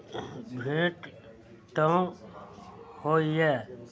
भेँट तँ होइए